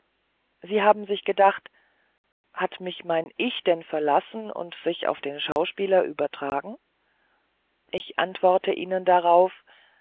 sie haben sich gedacht hat mich mein ich denn verlassen und sich auf den schauspieler übertragen ich antworte ihnen darauf